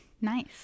Nice